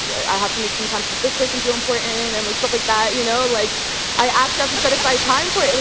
i have to make some time to make this person feel important and and like stuff like that, you know. like i actually have to set aside time for it.